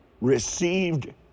received